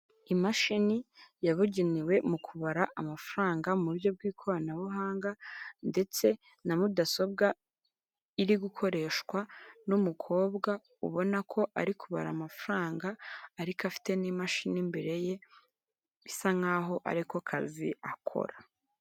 Imashini yabugenewe mu kubara amafaranga mu buryo bw'ikoranabuhanga ndetse na mudasobwa iri gukoreshwa n'umukobwa, ubona ko ari kubara amafaranga ariko afite n'imashini imbere ye, bisa nk'aho ariko kazi akora.